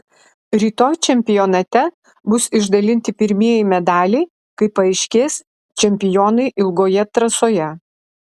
rytoj čempionate bus išdalinti pirmieji medaliai kai paaiškės čempionai ilgoje trasoje